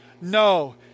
No